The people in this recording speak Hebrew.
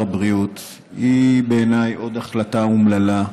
הבריאות היא בעיניי עוד החלטה אומללה,